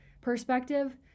perspective